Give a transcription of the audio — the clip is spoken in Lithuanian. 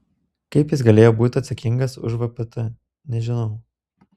kaip jis galėjo būti atsakingas už vpt nežinau